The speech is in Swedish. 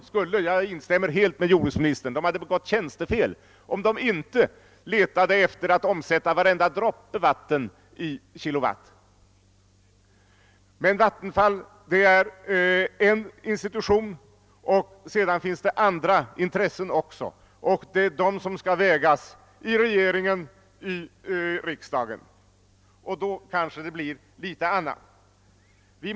Tekniskt är problemet lösbart, men det blir dyrt — det blir fråga om en dyrare kraft. Och det är att märka hur ungdomen på den naturvårdskonferens, som jag nyss omnämnde, sade ifrån att man gärna fann sig i något sänkt levnadsstandard bara man fick en miljö att leva i.